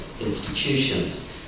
institutions